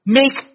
make